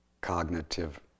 cognitive